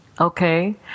Okay